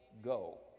go